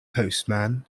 postman